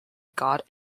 god